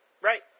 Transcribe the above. Right